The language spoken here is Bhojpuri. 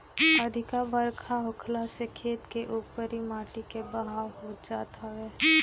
अधिका बरखा होखला से खेत के उपरी माटी के बहाव होत जात हवे